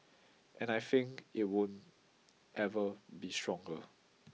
and I think it won't ever be stronger